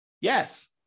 Yes